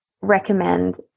recommend